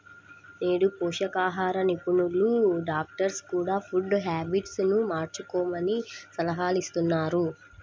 నేడు పోషకాహార నిపుణులు, డాక్టర్స్ కూడ ఫుడ్ హ్యాబిట్స్ ను మార్చుకోమని సలహాలిస్తున్నారు